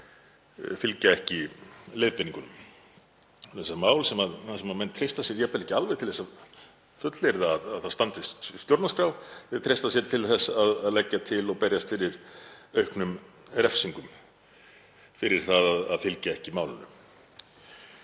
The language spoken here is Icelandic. fylgja ekki leiðbeiningum. Mál sem menn treysta sér jafnvel ekki alveg til að fullyrða að standist stjórnarskrá en treysta sér til að leggja til og berjast fyrir auknum refsingum fyrir það að fylgja ekki málinu.